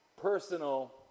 personal